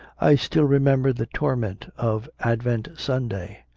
i still remember the torment of advent sunday.